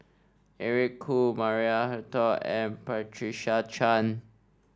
Eric Khoo Maria Hertogh and Patricia Chan